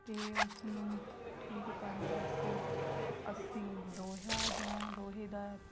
ਅਤੇ ਉਸ ਨੂੰ ਠੀਕ ਕਰਨ ਵਾਸਤੇ ਅਸੀਂ ਲੋਹਾ ਜਾਂ ਲੋਹੇ ਦਾ